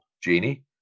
Genie